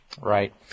Right